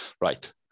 Right